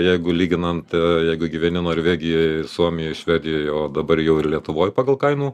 jeigu lyginam jeigu gyveni norvegijoj suomijoj švedijoj o dabar jau ir lietuvoj pagal kainų